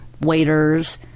waiters